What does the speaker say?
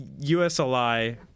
USLI